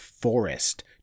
Forest